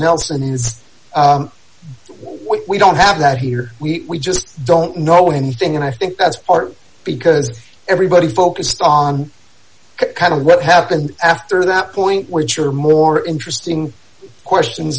why we don't have that here we just don't know anything and i think that's our because everybody's focused on kind of what happened after that point which are more interesting questions